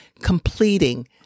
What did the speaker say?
completing